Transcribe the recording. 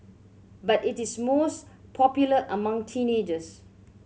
but it is most popular among teenagers